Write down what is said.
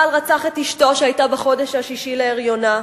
בעל רצח את אשתו, שהיתה בחודש השישי להריונה,